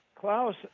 Klaus